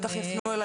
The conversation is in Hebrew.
אם יפנו אלי